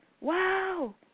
wow